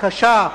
קשה,